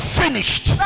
finished